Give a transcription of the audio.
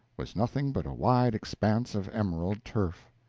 was nothing but a wide expanse of emerald turf,